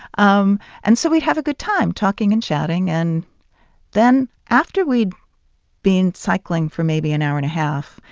um and so we'd have a good time talking and chatting. and then after we'd been cycling for maybe an hour and a half,